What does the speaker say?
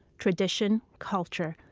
tradition, culture,